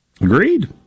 Agreed